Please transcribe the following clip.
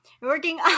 working